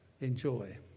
enjoy